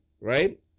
right